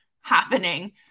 happening